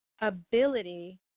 ability